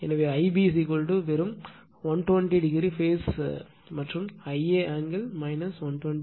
எனவே Ib வெறும் 120o phase மாற்றம் Ia ஆங்கிள் 120o